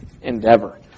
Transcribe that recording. endeavor